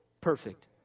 perfect